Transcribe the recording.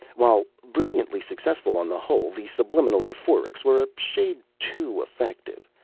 while brilliantly successful on the whole, the subliminal euphorics were a shade too effective.